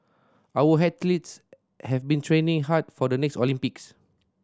our athletes have been training hard for the next Olympics